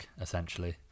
essentially